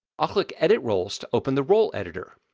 i'll click edit roles to open the role editor.